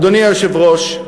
אדוני היושב-ראש,